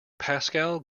pascal